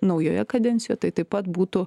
naujoje kadencijoj tai taip pat būtų